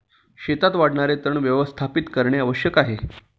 शेतात वाढणारे तण व्यवस्थापित करणे आवश्यक आहे